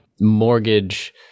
mortgage